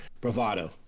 bravado